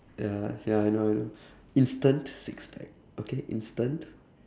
ya ya I know I know instant six pack okay instant